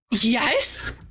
Yes